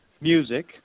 music